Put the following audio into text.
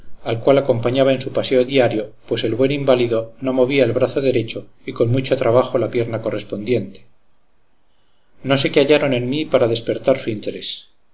al cual acompañaba en su paseo diario pues el buen inválido no movía el brazo derecho y con mucho trabajo la pierna correspondiente no sé qué hallaron en mí para despertar